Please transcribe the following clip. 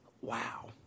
Wow